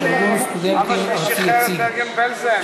ארגון סטודנטים ארצי יציג),